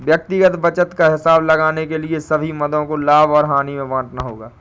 व्यक्तिगत बचत का हिसाब लगाने के लिए सभी मदों को लाभ और हानि में बांटना होगा